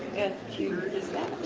and here is that.